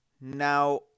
Now